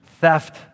theft